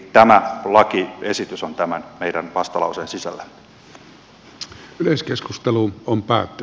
tämä lakiesitys on tämän meidän vastalauseemme sisällä